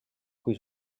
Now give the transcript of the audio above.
kui